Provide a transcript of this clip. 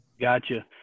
Gotcha